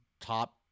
top